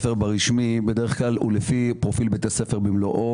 ברשמי, בדרך כלל הוא לפי פרופיל בית הספר במלואו.